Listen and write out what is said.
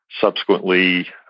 subsequently